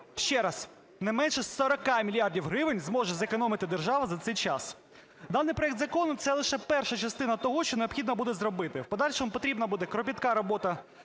Ще раз – не менше 40 мільярдів гривень зможе зекономити держава за цей час. Даний проект закон – це лише перша частина того, що необхідно буде зробити. В подальшому потрібна буде кропітка робота